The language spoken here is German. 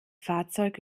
fahrzeug